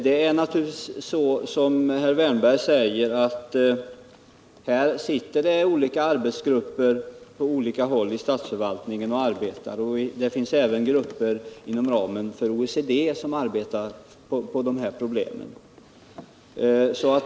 Det är naturligtvis så som herr Wärnberg säger, att olika arbetsgrupper inom statsförvaltningen arbetar med dessa frågor. Det finns även grupper inom ramen för OECD som arbetar på problemen.